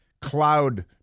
cloud